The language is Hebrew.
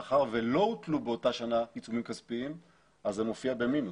מאחר ולא הוטלו באותה שנה עיצומים כספיים אז זה מופיע במינוס.